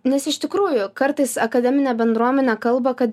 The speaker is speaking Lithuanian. nes iš tikrųjų kartais akademinė bendruomenė kalba kad